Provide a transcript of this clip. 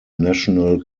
national